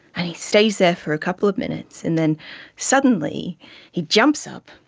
and he stays there for a couple of minutes, and then suddenly he jumps up,